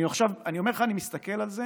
אני אומר לך, אני מסתכל על זה